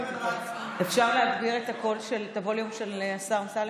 אפשר להגביר את הווליום של השר אמסלם?